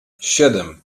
siedem